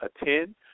attend